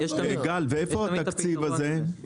גל ואיפה התקציב הזה?